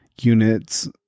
units